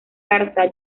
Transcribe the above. garza